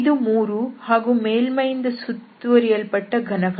ಇದು 3 ಹಾಗೂ ಮೇಲ್ಮೈಯಿಂದ ಸುತ್ತುವರಿಯಲ್ಪಟ್ಟ ಘನಫಲ